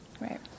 Right